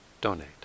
donate